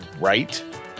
right